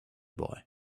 boy